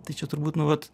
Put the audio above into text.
tai čia turbūt nu vat